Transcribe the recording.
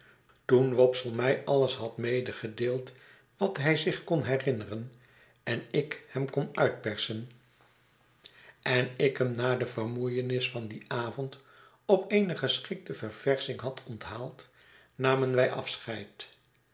toen wopsle mij alles had medegedeeld wat hij zich kon herinneren en ik hem kon uitpersen en ik hem na de vermoeienis van dien avond op eene geschikte verversching had onthaald namen wij afscheid